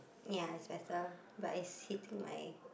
ya it's better but it's hitting my